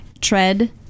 Tread